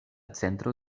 centro